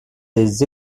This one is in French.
des